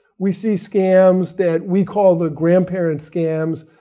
we see scams that we call the grandparent scams.